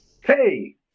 Hey